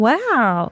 Wow